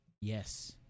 Yes